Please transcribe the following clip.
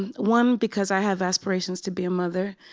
one, because i have aspirations to be a mother,